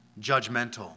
judgmental